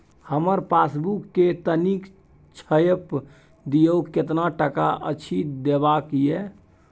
हमर पासबुक के तनिक छाय्प दियो, केतना टका अछि देखबाक ये?